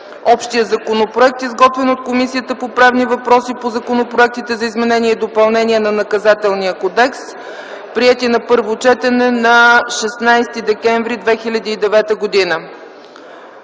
общия законопроект, изготвен от Комисията по правни въпроси по законопроектите за изменение и допълнение на Наказателния кодекс, приети на първо четене на 16 декември 2009 г.